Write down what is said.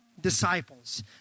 disciples